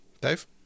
Dave